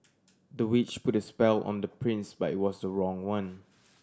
the witch put a spell on the prince but it was the wrong one